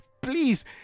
please